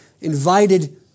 invited